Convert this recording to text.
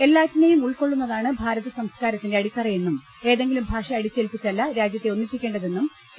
എല്ലാറ്റിനെയും ഉൾക്കൊള്ളുന്നതാണ് ഭാരത സംസ്കാരത്തിന്റെ അടിത്തറയെന്നും ഏതെങ്കിലും ഭാഷ അടിച്ചേൽപ്പിച്ചല്ല രാജ്യത്തെ ഒന്നിപ്പിക്കേണ്ടതെന്നും എ